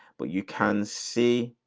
but you can see,